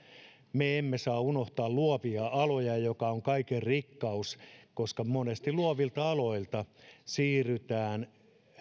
me emme saa unohtaa luovia aloja jotka ovat kaiken rikkaus koska monesti luovilta aloilta siirrytään